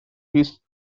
his